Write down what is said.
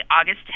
August